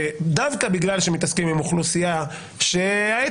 דווקא בגלל שמתעסקים עם אוכלוסייה שאולי אפילו